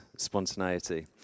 Spontaneity